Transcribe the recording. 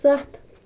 سَتھ